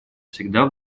всегда